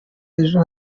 ejo